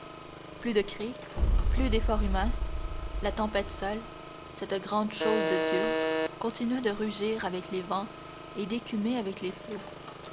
plus de cris plus d'efforts humains la tempête seule cette grande chose de dieu continuait de rugir avec les vents et d'écumer avec les flots